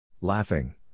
Laughing